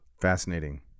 Fascinating